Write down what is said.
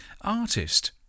artist